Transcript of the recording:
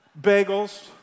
bagels